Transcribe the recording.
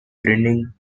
grinning